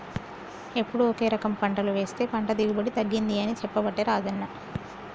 ఎప్పుడు ఒకే రకం పంటలు వేస్తె పంట దిగుబడి తగ్గింది అని చెప్పబట్టే రాజన్న